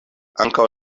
ankaŭ